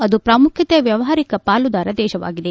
ಅದು ಪ್ರಾಮುಖ್ಯತೆಯ ವ್ಯವಹಾರಿಕ ಪಾಲುದಾರ ದೇಶವಾಗಿದೆ